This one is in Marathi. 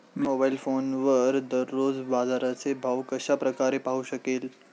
मी मोबाईल फोनवर दररोजचे बाजाराचे भाव कशा प्रकारे पाहू शकेल?